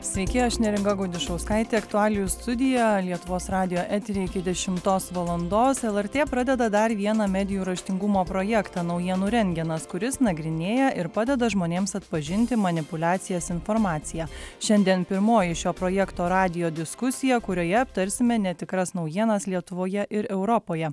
sveiki aš neringa gudišauskaitė aktualijų studija lietuvos radijo etery iki dešimtos valandos lrt pradeda dar vieną medijų raštingumo projektą naujienų rentgenas kuris nagrinėja ir padeda žmonėms atpažinti manipuliacijas informaciją šiandien pirmoji šio projekto radijo diskusija kurioje aptarsime netikras naujienas lietuvoje ir europoje